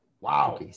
wow